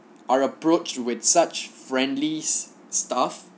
are approach with such friendly staff